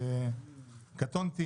שקטונתי